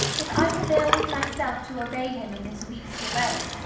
if i prevail with my self to obey him in this week's delay,